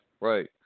Right